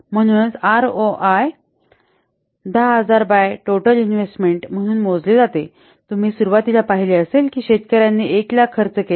म्हणूनच ROI १०००० by total investment म्हणून मोजले जाते तुम्ही सुरुवातीला पाहिले असेल की शेतकर्यानी १००००० खर्च केला